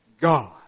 God